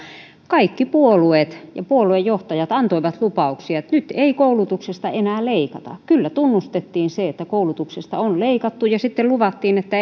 kaikki puolueet ja puoluejohtajat antoivat lupauksia että nyt ei koulutuksesta enää leikata kyllä tunnustettiin se että koulutuksesta on leikattu ja sitten luvattiin että